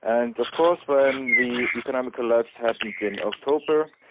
and of course when the economic collapse happened in october,